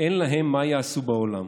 אין להם מה יעשו בעולם.